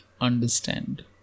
understand